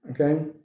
Okay